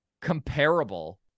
comparable